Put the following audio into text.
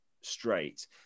straight